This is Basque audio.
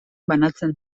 banatzen